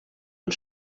und